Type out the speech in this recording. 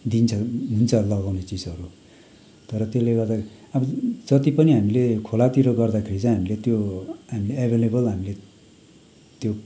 दिन्छ हुन्छ लगाउने चिजहरू तर त्यसले गर्दा अब जति पनि हामीले खोलातिर गर्दाखेरि चाहिँ हामीले त्यो हामीले एभाइलेबल हामीले त्यो